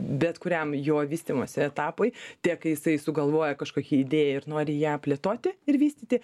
bet kuriam jo vystymosi etapui tiek kai jisai sugalvoja kažkokį idėją ir nori ją plėtoti ir vystyti